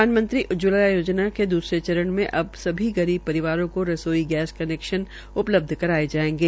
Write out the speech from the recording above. प्रधानमंत्री उज्जवला योजना के दसर चरण अब गरीब परिवारों को रसोई गैस कनैक्शन उपलब्ध करवाये जायेंगे